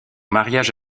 mariage